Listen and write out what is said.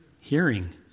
Hearing